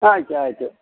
ಆಯ್ತು ಆಯಿತು